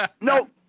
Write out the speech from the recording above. No